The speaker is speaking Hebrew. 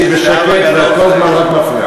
תשבי בשקט, את כל הזמן רק מפריעה.